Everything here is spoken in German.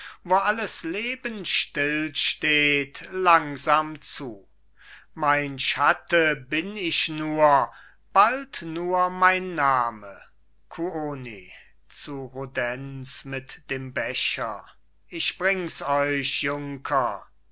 wo alles leben stillsteht langsam zu mein schatte bin ich nur bald nur mein name kuoni zu rudenz mit dem becher ich bring's euch